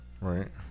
Right